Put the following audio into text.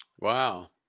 Wow